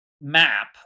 map